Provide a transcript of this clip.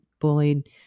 bullied